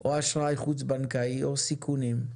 או אשראי חוץ-בנקאי ולקחת סיכונים.